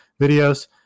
videos